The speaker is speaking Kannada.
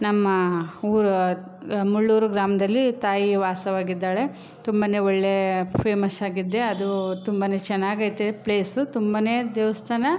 ನಮ್ಮ ಊರು ಮುಳ್ಳೂರು ಗ್ರಾಮದಲ್ಲಿ ತಾಯಿ ವಾಸವಾಗಿದ್ದಾಳೆ ತುಂಬನೇ ಒಳ್ಳೆ ಫೇಮಶ್ಶಾಗಿದೆ ಅದು ತುಂಬನೇ ಚೆನ್ನಾಗೈತೆ ಪ್ಲೇಸು ತುಂಬನೇ ದೇವಸ್ಥಾನ